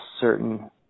certain